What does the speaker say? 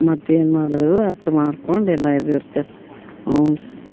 ಮತ್ತು ಏನು ಮಾಡೋದು ಅಷ್ಟ್ ಮಾಡ್ಕೊಂದು ಎಲ್ಲ ಇದು ಇರ್ತೇವೆ ಅವ್ದ್